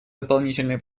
дополнительные